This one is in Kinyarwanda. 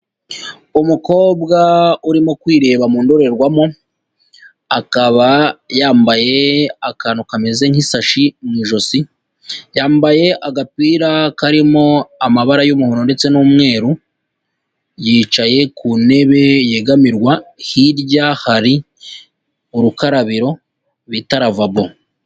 Umukobwa urimo kwireba mu ndorerwamo, akaba yambaye akantu kameze nk'isashi mu ijosi, yambaye agapira karimo amabara y'umuhondo ndetse n'umweru, yicaye ku ntebe yegamirwa, hirya hari urukarabiro bita ravabo.